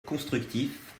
constructif